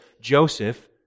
Joseph